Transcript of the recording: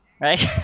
right